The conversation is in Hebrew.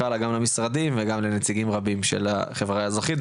הלאה גם למשרדי הממשלה וגם לנציגים רבים של החברה האזרחית.